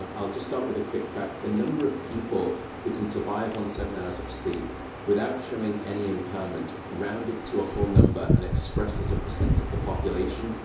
um i'll just start with a quick fact. the number of people who can survive on seven hours of sleep without showing any impairment, rounded to a whole number and expressed as a percent of the population,